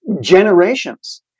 generations